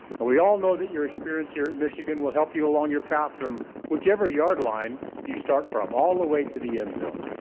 and we all know that your experience here at michigan will help you along your path from whichever yard line you start from, all the way to the end zone.